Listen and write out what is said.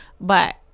But-